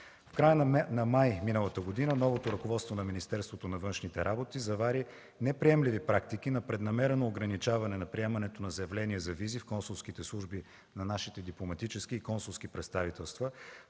В края на месец май миналата година новото ръководство на Министерството на външните работи завари неприемливи практики на преднамерено ограничаване на приемането на заявления за визи в консулските служби на нашите дипломатически и консулски представителства,